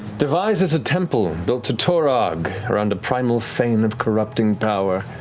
devised as a temple built to torog around a primal fane of corrupting power.